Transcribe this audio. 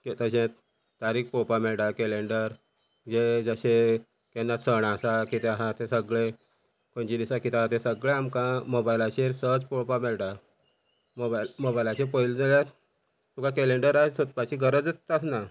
तशेंत तारीक पळोवपा मेळटा कॅलेंडर जे जशें केन्ना सण आसा कितें आसा ते सगळे खंयचे दिसा कितें आसा तें सगळें आमकां मोबायलाचेर सहज पळोवपा मेळटा मोबायल मोबायलाचेर पयले जाल्यार तुका कॅलेंडरार सोदपाची गरजच आसना